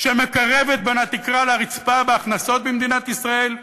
שמקרבת בין התקרה לרצפה בהכנסות במדינת ישראל,